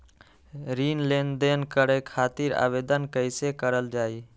ऋण लेनदेन करे खातीर आवेदन कइसे करल जाई?